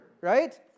right